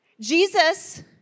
Jesus